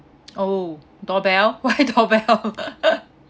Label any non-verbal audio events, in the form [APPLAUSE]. oh doorbell why [LAUGHS] doorbell [LAUGHS]